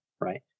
Right